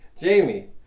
Jamie